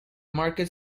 market